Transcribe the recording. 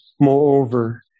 Moreover